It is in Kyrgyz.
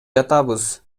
жатабыз